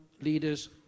leaders